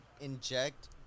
inject